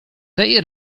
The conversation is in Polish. tej